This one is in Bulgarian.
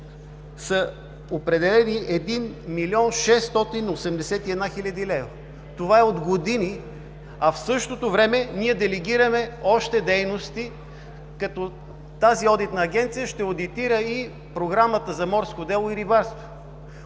са определени 1 млн. 681 хил. лв. Това е от години, а в същото време, ние делегираме още дейности, като тази одитна Агенция ще одитира и програмата за морско дело и рибарство.